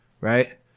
right